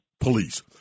police